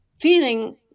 feeling